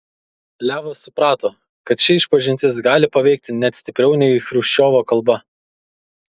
levas suprato kad ši išpažintis gali paveikti net stipriau nei chruščiovo kalba